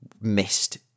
missed